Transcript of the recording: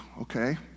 okay